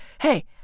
Hey